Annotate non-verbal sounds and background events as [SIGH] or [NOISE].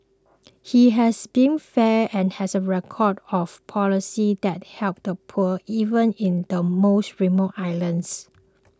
[NOISE] he has been fair and has a record of policies that help the poor even in the most remote islands